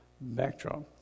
backdrop